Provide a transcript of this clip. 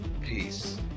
Peace